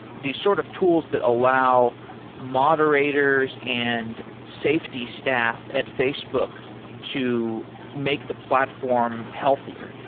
these sort of tools that allow moderators and safety staff at facebook to make the platform healthier.